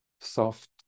soft